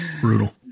Brutal